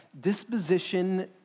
disposition